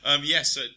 Yes